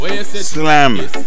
Slam